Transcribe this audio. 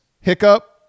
hiccup